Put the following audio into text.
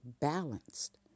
balanced